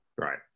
Right